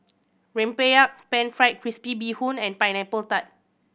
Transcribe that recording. rempeyek Pan Fried Crispy Bee Hoon and Pineapple Tart